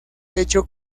hecho